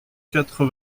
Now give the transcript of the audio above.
quatre